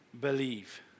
believe